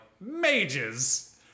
mages